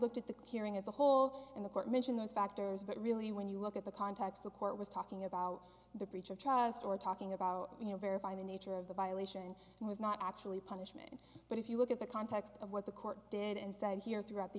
looked at the hearing as a whole and the court mentioned those factors but really when you look at the context the court was talking about the breach of trust or talking about you know verifying the nature of the violation was not actually punishment but if you look at the context of what the court did and said here throughout the